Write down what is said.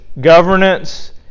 governance